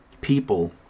people